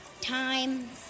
Time